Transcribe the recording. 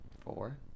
Four